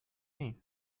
mean